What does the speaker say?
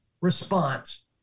response